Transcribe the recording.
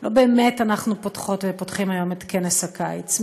לא באמת אנחנו פותחים ופותחות היום את כנס הקיץ,